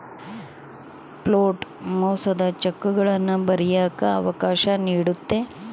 float ಮೋಸದ ಚೆಕ್ಗಳನ್ನ ಬರಿಯಕ್ಕ ಅವಕಾಶ ನೀಡುತ್ತೆ